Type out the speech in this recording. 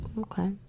okay